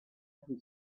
who